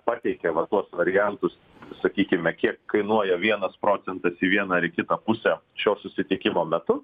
pateikė vat tuos variantus sakykime kiek kainuoja vienas procentas į vieną ar kitą pusę šio susitikimo metu